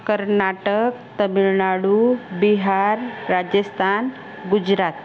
Karnataka Tamil Nadu Bihar Rajasthan Gujarat